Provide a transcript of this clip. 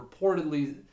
reportedly